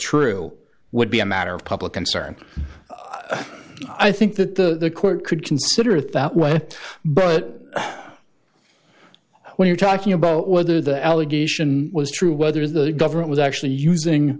true would be a matter of public concern i think that the court could consider it that way but when you're talking about whether the allegation was true whether the government was actually using